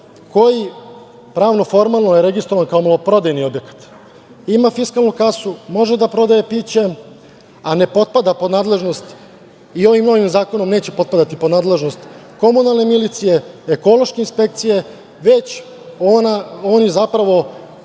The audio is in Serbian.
koji pravno-formalno je registrovan kao maloprodajni objekta, ima fiskalnu kasu, može da prodaje piće, a ne potpada pod nadležnost. I ovim novim zakonom neće potpadati pod nadležnost komunalne milicije, ekološke inspekcije, već oni zapravo